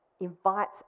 invites